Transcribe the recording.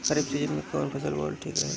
खरीफ़ season में कौन फसल बोअल ठिक रहेला ह?